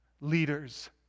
leaders